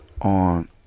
on